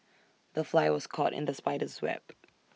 the fly was caught in the spider's web